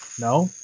No